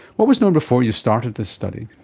what was known before you started this study?